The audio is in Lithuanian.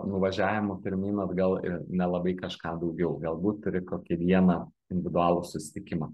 nuvažiavimu pirmyn atgal i nelabai kažką daugiau galbūt turi kokį vieną individualų susitikimą